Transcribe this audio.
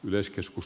myös keskus